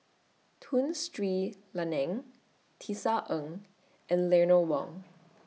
Tun Sri Lanang Tisa Ng and Eleanor Wong